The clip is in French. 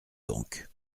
donc